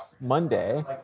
Monday